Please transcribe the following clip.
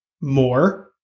more